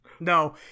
No